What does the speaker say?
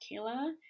Kayla